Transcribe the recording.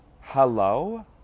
Hello